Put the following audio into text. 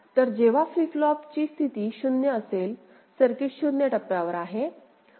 तर जेव्हा फ्लिप फ्लॉपची स्थिती 0 असेल सर्किट 0 टप्प्यावर आहे